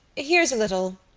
here's a little.